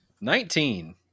Nineteen